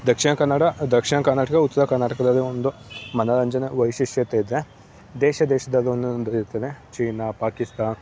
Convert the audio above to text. ದಕ್ಷಿಣ ಕನ್ನಡ ದಕ್ಷಿಣ ಕರ್ನಾಟಕ ಉತ್ತರ ಕರ್ನಾಟಕದಲ್ಲಿ ಒಂದು ಮನೋರಂಜನ ವೈಶಿಷ್ಟ್ಯತೆ ಇದೆ ದೇಶ ದೇಶ್ದಲ್ಲಿ ಒಂದೊಂದು ಇರ್ತದೆ ಚೀನಾ ಪಾಕಿಸ್ತಾನ್